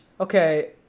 okay